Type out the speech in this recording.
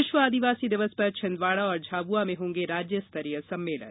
विश्व आदिवासी दिवस पर छिंदवाड़ा और झाबुआ में होंगे राज्य स्तरीय सम्मेलन